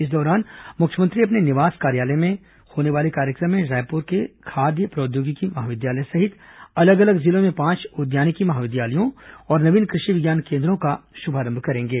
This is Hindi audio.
इस दौरान मुख्यमंत्री अपने निवास कार्यालय में आयोजित कार्यक्रम में रायपुर के खाद्य प्रौद्योगिकी महाविद्यालय सहित अलग अलग जिलों में पांच उद्यानिकी महाविद्यालयों और नवीन कृषि विज्ञान केन्द्र का शुभारंभ करेंगे